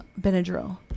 Benadryl